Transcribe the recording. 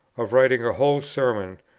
of writing a whole sermon,